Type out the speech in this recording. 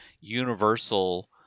universal